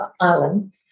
island